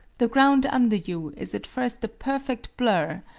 the ground under you is at first a perfect blur,